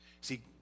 See